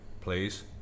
please